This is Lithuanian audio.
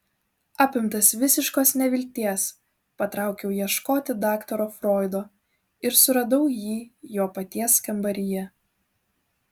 apimtas visiškos nevilties patraukiau ieškoti daktaro froido ir suradau jį jo paties kambaryje